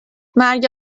مرگ